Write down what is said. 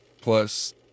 plus